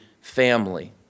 family